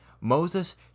Moses